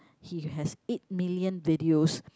he has eight million videos